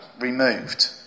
removed